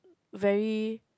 very